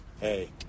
Hey